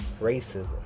racism